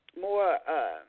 more